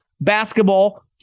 basketball